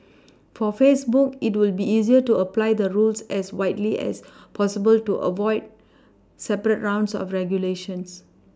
for Facebook it will be easier to apply the rules as widely as possible to avoid separate rounds of regulation